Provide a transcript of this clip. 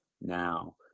Now